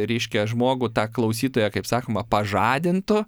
reiškia žmogų tą klausytoją kaip sakoma pažadintų